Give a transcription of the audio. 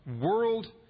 world